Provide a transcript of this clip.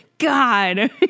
God